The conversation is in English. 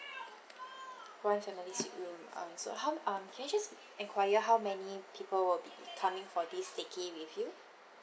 one family suite room um so how um can I just enquire how many people will be coming for this staycation with you